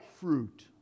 fruit